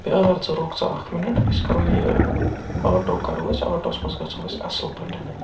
پیٛار ژٕ رُک ژٕ اکھ مِنَٹ أسۍ کَرو یہِ آٹو کَرو أسۍ آٹوٗس منٛز گژھو أسۍ اَصٕل پٲٹھٮ۪نٕے